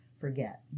forget